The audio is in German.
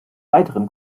weiteren